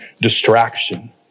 distraction